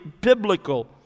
biblical